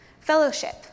fellowship